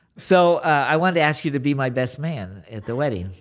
so i wanted to ask you to be my best man at the wedding